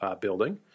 building